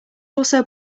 also